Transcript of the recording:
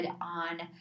on